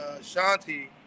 Shanti